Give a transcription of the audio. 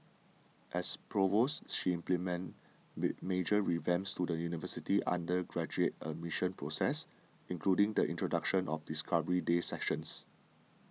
as provost she implemented major revamps to the university's undergraduate admission process including the introduction of Discovery Day sessions